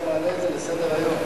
היית מעלה את זה על סדר-היום.